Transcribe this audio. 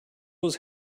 was